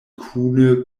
kune